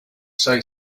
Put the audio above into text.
say